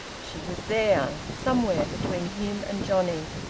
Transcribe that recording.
she was there, somewhere between him and johnnie,